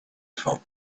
felt